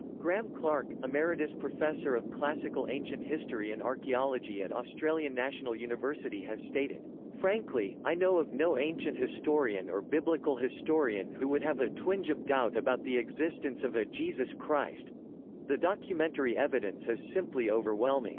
graeme clarke, emeritus professor of classical ancient history and archaeology at australian national university has stated frankly, i know of no ancient historian or biblical historian who would have a twinge of doubt about the existence of a jesus christ the documentary evidence is simply overwhelming